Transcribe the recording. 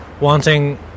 wanting